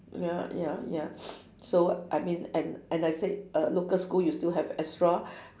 ya ya ya so I mean and and I said uh local school you still have extra